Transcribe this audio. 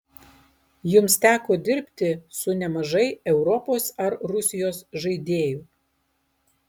jums teko dirbti su nemažai europos ar rusijos žaidėjų